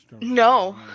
No